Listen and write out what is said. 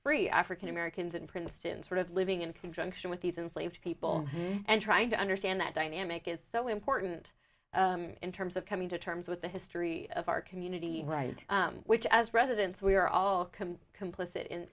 free african americans and princeton sort of living in conjunction with these and slave people and trying to understand that dynamic is so important in terms of coming to terms with the history of our community right which as residents we are all can complicit in